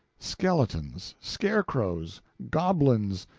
skeletons, scarecrows, goblins,